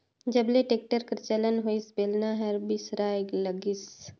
जब ले टेक्टर कर चलन होइस बेलना हर बिसराय लगिस